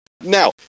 Now